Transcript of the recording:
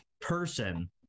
person